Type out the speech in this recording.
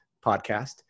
podcast